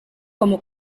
como